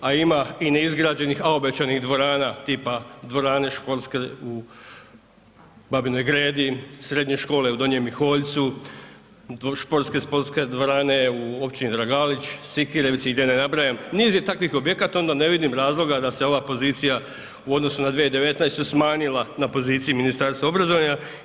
A ima i ne izgrađenih, a obećanih dvorana tipa dvorane školske u Babinoj Gredi, srednje škole u Donjem Miholjcu, sportske školske dvorene u Općini Dragalić, Sikirevci i da ne nabrajam, niz je takvih objekata onda ne vidim razloga da se ova pozicija u odnosu na 2019. smanjila na poziciji Ministarstva obrazovanja.